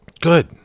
Good